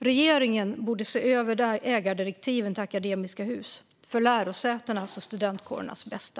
Regeringen borde se över ägardirektiven till Akademiska Hus, för lärosätenas och studentkårernas bästa.